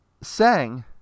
sang